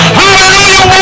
hallelujah